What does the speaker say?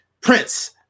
Prince